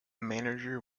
manager